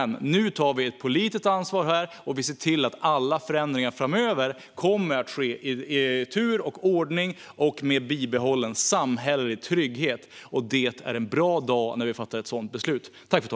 Nu tar vi dock ett politiskt ansvar och ser till att alla förändringar framöver kommer att ske i tur och ordning och med bibehållen samhällelig trygghet. Det är en bra dag när vi fattar ett sådant beslut.